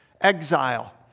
exile